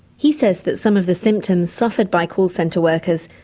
he says that some of the symptoms suffered by call centre workers,